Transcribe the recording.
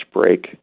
break